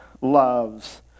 loves